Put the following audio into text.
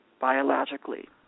biologically